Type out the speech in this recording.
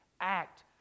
act